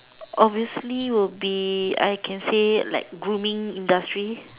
obviously would be I can say like grooming industry